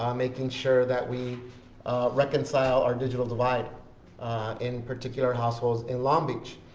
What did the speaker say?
um making sure that we reconcile our digital divide in particular households in long beach.